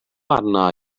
arna